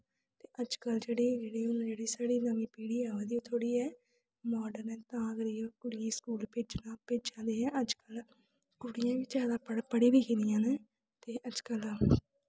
अजकल्ल जेह्ड़ी हून साढ़ी नमीं पीढ़ी आवा दी ऐ मार्डन ऐ तां करियै कुड़ियें गी स्कूल भेजा दे अजकल्ल कुड़ियां बी जादा पढ़ी लिखी दियां न ते अजकल्ल